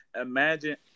imagine